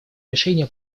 решения